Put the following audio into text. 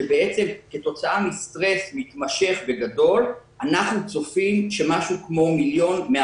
כתוצאה מסטרס מתמשך וגדול אנחנו צופים שמשהו כמו מיליון מן